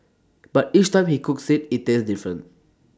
but each time he cooks IT it tastes different